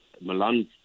Milan